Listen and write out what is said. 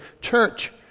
church